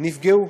נפגעו,